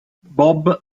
bob